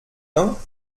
l’un